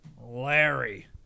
Larry